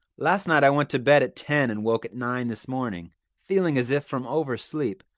last night i went to bed at ten and woke at nine this morning, feeling as if, from oversleep,